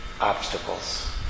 obstacles